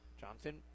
Johnson